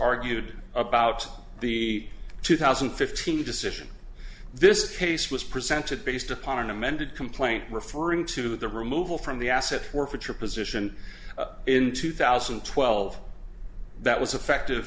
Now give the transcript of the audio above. argued about the two thousand and fifteen decision this case was presented based upon an amended complaint referring to the removal from the asset forfeiture position in two thousand and twelve that was effective